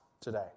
today